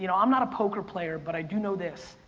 you know i'm not a poker player, but i do know this,